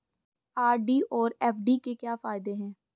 RD और FD के क्या फायदे हैं?